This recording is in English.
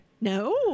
No